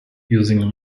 using